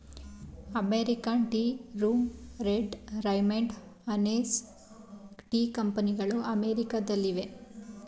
American Tea Room, Red Raymond, Honest Tea ಕಂಪನಿಗಳು ಅಮೆರಿಕದಲ್ಲಿವೆ